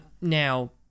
Now